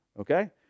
Okay